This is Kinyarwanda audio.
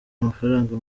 amafaranga